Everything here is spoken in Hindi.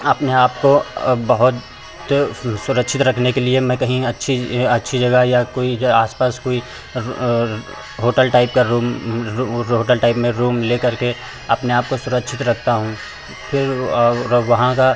अपने आपको बहुत सुरक्षित रखने के लिए मैं कहीं अच्छी अच्छी जगह या कोई जो आस पास कोई और होटल टाइप का रूम होटल टाइप में रूम लेकर के अपने आपको सुरक्षित रखता हूँ फ़िर अगर वहाँ का